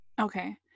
Okay